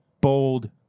bold